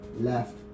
left